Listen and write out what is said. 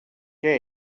què